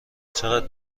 چقدر